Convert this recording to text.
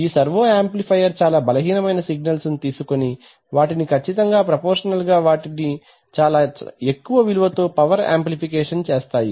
ఈ servo amplifier చాలా బలహీనమైన సిగ్నల్స్ ను తీసుకుని వాటిని ఖచ్చితముగాప్రపోర్షనల్ గా వాటిని చాలా ఎక్కువ విలువతో పవర్ ఆంప్లిఫికేషన్ చేస్తాయి